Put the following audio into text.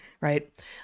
right